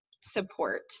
support